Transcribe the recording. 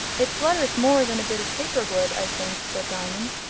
it flutters more than a bit of paper would, i think, said diamond.